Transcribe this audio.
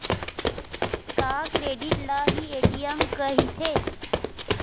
का क्रेडिट ल हि ए.टी.एम कहिथे?